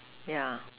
yeah